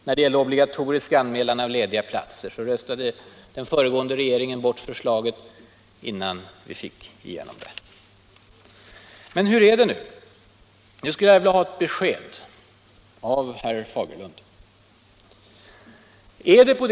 När det gällde obligatorisk anmälan av lediga platser röstade det föregående regeringspartiet bort förslaget innan vi fick igenom det. Nu skulle jag vilja ha ett besked av herr Fagerlund.